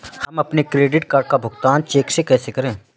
हम अपने credit card का भुगतान चेक से कैसे करें?